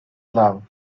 love